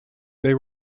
they